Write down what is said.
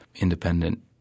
independent